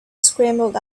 scrambled